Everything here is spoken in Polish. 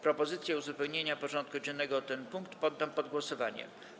Propozycję uzupełnienia porządku dziennego o ten punkt poddam pod głosowanie.